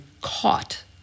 caught